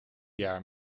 jaar